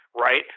right